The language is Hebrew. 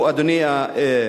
הוא, אדוני היושב-ראש,